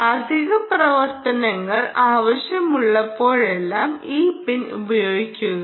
അധിക പ്രവർത്തനങ്ങൾ ആവശ്യമുള്ളപ്പോഴെല്ലാം ഈ പിൻ ഉപയോഗിക്കുക